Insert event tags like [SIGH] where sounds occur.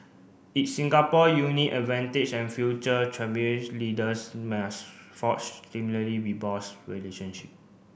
its Singapore unique advantage and future [UNINTELLIGIBLE] leaders must forge similarly robust relationship